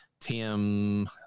Tim